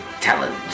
talent